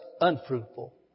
unfruitful